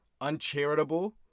uncharitable